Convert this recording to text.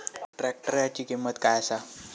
ट्रॅक्टराची किंमत काय आसा?